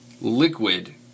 liquid